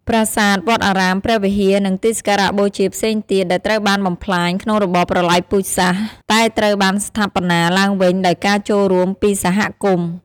ប្រាសាទ វត្តអារាម ព្រះវិហារ និងទីសក្ការៈបូជាផ្សេងទៀតដែលត្រូវបានបំផ្លាញក្នុងរបបប្រល័យពូជសាសន៍ តែត្រូវបានស្ថាបនាឡើងវិញដោយការចូលរួមពីសហគមន៍។